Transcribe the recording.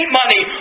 money